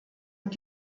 und